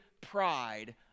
pride